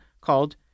called